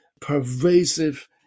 pervasive